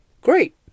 Great